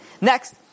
Next